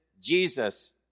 Jesus